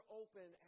open